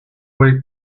way